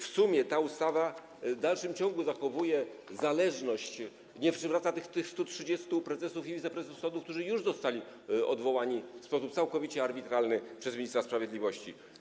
W sumie ta ustawa w dalszym ciągu zachowuje tę zależność, nie przywraca na stanowiska tych 130 prezesów i wiceprezesów, którzy już zostali odwołani w sposób całkowicie arbitralny przez ministra sprawiedliwości.